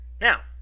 Now